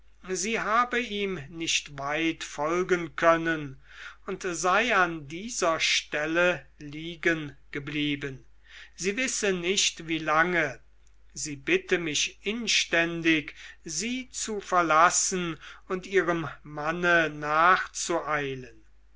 sie habe ihm nicht weit folgen können und sei an dieser stelle liegengeblieben sie wisse nicht wie lange sie bitte mich inständig sie zu verlassen und ihrem manne nachzueilen